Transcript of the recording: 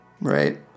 right